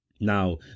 now